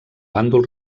bàndol